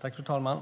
Fru talman!